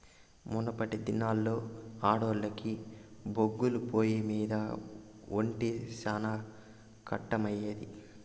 మునపటి దినాల్లో ఆడోల్లకి బొగ్గుల పొయ్యిమింద ఒంట శానా కట్టమయ్యేది